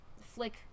flick